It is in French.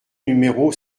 numéro